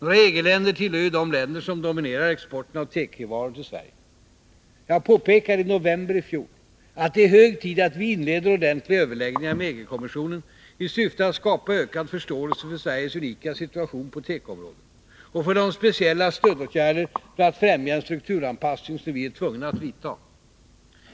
Några EG-länder tillhör ju de länder som dominerar exporten av tekovaror till Sverige. Jag påpekade i november i fjol, att det är hög tid att vi inleder ordentliga överläggningar med EG-kommissionen i syfte att skapa ökad förståelse för Sveriges unika situation på tekoområdet och för de speciella stödåtgärder för att främja en strukturanpassning som vi är tvungna att vidta.